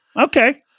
Okay